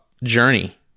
journey